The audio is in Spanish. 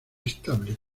estable